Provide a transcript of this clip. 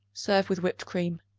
serve with whipped cream.